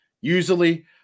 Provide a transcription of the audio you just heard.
Usually